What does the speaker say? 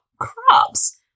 crops